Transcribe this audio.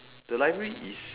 the library is